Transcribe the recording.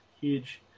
huge